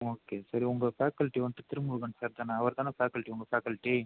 okay சரி உங்கள் faculty வந்து திருமுருகன் சார் தானே அவர் தானே ஃபேகல்ட்டி உங்கள் ஃபேகல்ட்டி